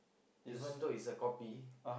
even though it's a copy